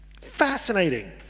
fascinating